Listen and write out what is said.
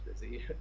busy